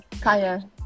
Kaya